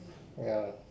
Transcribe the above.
ya